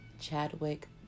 Chadwick